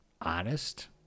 honest